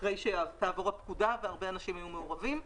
אחרי שתעבור הפקודה, והרבה אנשים היו מעורבים.